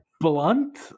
Blunt